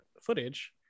footage